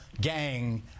gang